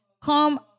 Come